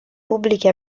pubbliche